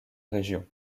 région